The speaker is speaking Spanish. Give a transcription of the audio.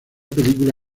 película